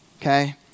okay